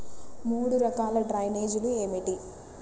మూడు రకాల డ్రైనేజీలు ఏమిటి?